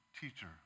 teacher